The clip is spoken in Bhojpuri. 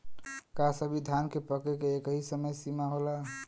का सभी धान के पके के एकही समय सीमा होला?